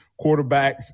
quarterbacks